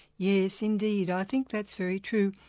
yes, indeed. i think that's very true.